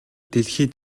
дэлхий